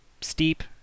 steep